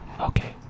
Okay